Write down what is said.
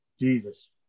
Jesus